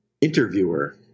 interviewer